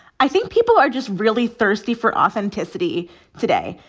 i think people are just really thirsty for authenticity today.